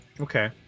Okay